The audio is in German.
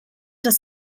das